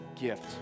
gift